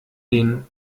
den